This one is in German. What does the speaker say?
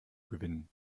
gewinnen